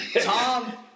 Tom